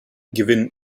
gewinnen